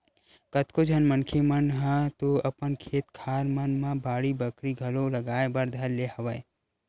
कतको झन मनखे मन ह तो अपन खेत खार मन म बाड़ी बखरी घलो लगाए बर धर ले हवय